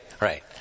Right